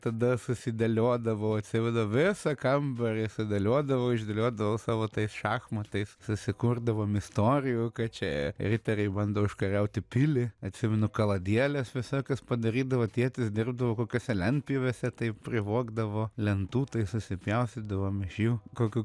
tada susidėliodavau atsimenu visą kambarį išsidėliodavau išdėliodavau savo tai šachmatais susikurdavom istorijų kad čia riteriai bando užkariauti pilį atsimenu kaladieles visokias padarydavo tietis dirbdavo kokiose lentpjūvėse tai privogdavo lentų tai susipjaustydavom iš jų kokių